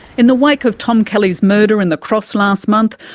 in the wake of tom kelly's murder in the cross last month,